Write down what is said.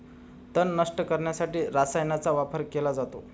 तण नष्ट करण्यासाठी रसायनांचा वापर केला जातो